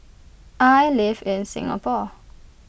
I live in Singapore